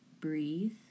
breathe